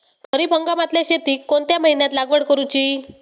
खरीप हंगामातल्या शेतीक कोणत्या महिन्यात लागवड करूची?